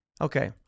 Okay